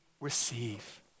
receive